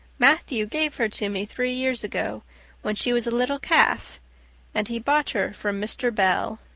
matthew gave her to me three years ago when she was a little calf and he bought her from mr. bell.